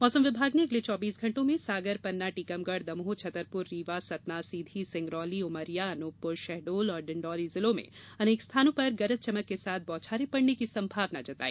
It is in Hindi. मौसम विभाग ने अगले चौबीस घण्टों में सागर पन्ना टीकमगढ़ दमोह छतरपुर रीवा सतना सीधी सिंगरौली उमरिया अनूपपुर शहडोल और डिण्डौरी जिलों में अनेक स्थानों पर गरज चमक के साथ बौछारें पड़ने की संभावना जताई